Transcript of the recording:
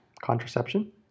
Contraception